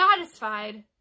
satisfied